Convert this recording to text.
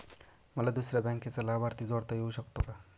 मला दुसऱ्या बँकेचा लाभार्थी जोडता येऊ शकतो का?